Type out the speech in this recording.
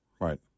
right